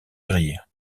grille